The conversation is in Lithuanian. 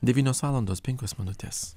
devynios valandos penkios minutės